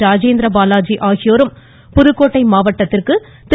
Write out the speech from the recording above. ராஜேந்திரபாலாஜி ஆகியோரும் புதுக்கோட்டை மாவட்டத்திற்கு திரு